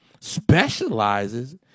specializes